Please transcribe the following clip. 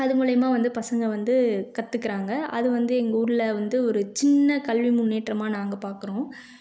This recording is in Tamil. அது மூலிமா வந்து பசங்க வந்து கற்றுக்கறாங்க அது வந்து எங்கள் ஊரில் வந்து ஒரு சின்ன கல்வி முன்னேற்றமாக நாங்கள் பார்க்குறோம்